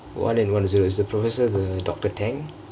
one eight one zero is the professor the doctor tangk